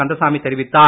கந்தசாமி தெரிவித்தார்